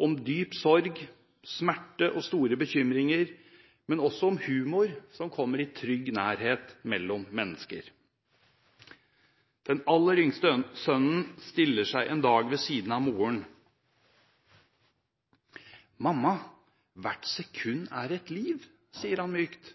om dyp sorg, smerte og store bekymringer, men også om humor som kommer i trygg nærhet mellom mennesker. Den aller yngste sønnen stiller seg en dag ved siden av moren: «Mamma, hvert sekund er et liv, sier han mykt.